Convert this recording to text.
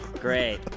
Great